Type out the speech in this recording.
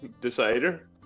decider